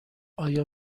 آیا